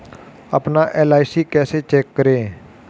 अपना एल.आई.सी कैसे चेक करें?